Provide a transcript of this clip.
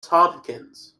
tompkins